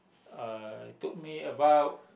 uh took me about